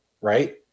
Right